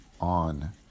on